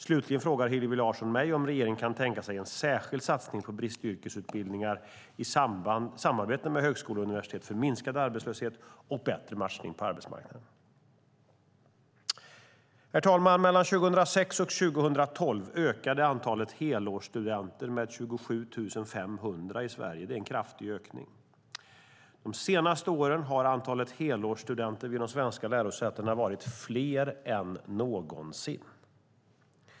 Slutligen frågar Hillevi Larsson mig om regeringen kan tänka sig en särskild satsning på bristyrkesutbildningar i samarbete med högskolor och universitet för minskad arbetslöshet och bättre matchning på arbetsmarknaden. Herr talman! Mellan 2006 och 2012 ökade antalet helårsstudenter med 27 500 i Sverige. Det är en kraftig ökning. De senaste åren har antalet helårsstudenter vid de svenska lärosätena varit fler än någonsin.